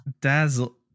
dazzle